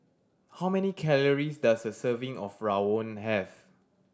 how many calories does a serving of Rawon have